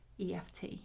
EFT